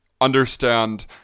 understand